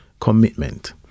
commitment